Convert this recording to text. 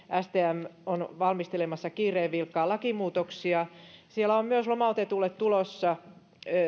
stm on valmistelemassa kiireen vilkkaa lakimuutoksia siellä on myös lomautetulle tulossa